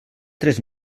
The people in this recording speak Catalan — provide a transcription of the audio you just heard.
tres